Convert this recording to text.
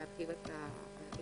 להרחיב את האפשרויות.